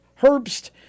Herbst